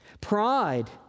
Pride